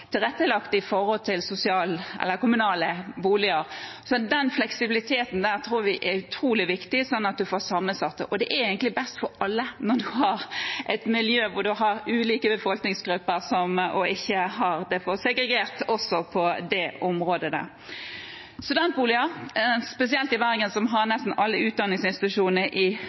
tilrettelagt for kommunale boliger. Den fleksibiliteten tror jeg er utrolig viktig, slik at en får sammensatte miljøer. Og det er egentlig best for alle at en har et miljø med ulike befolkningsgrupper, og at det ikke er for segregert også på dette området. Studentboliger, spesielt i Bergen, som har nesten alle utdanningsinstitusjonene i